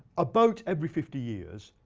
about every fifty years,